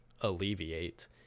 alleviate